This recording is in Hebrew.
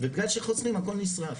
ובגלל שחוסכים הכל נשרף.